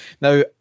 now